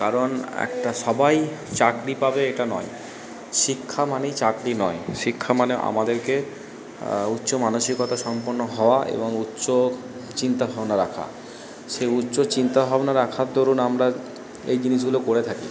কারণ একটা সবাই চাকরি পাবে এটা নয় শিক্ষা মানেই চাকরি নয় শিক্ষা মানে আমাদেরকে উচ্চ মানসিকতা সম্পন্ন হওয়া এবং উচ্চ চিন্তাভাবনা রাখা সেই উচ্চ চিন্তাভাবনা রাখার দরুণ আমরা এই জিনিসগুলো করে থাকি